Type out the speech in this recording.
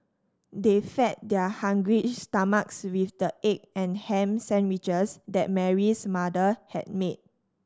they fed their hungry stomachs with the egg and ham sandwiches that Mary's mother had made